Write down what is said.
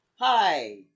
Hi